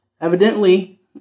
Evidently